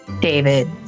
David